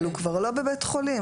אבל הוא כבר לא בבית חולים,